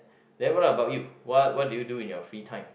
then what about you what what do you do in your free time